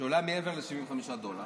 שעולה מעבר ל-75 דולר,